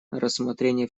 рассмотрение